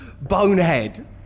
Bonehead